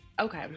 okay